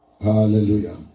Hallelujah